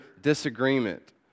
disagreement